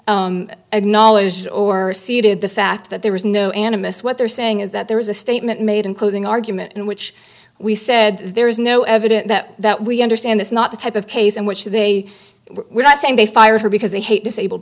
acknowledged or are seated the fact that there was no animists what they're saying is that there was a statement made in closing argument in which we said there is no evidence that we understand this not the type of case in which they were not saying they fired her because they hate disabled